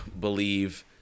believe